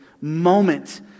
moment